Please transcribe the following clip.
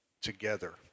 together